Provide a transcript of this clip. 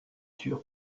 sûr